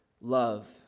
love